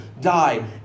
die